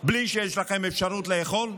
בלי שיש לכם אפשרות לאכול?